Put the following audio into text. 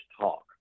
talk